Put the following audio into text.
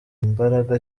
mbaraga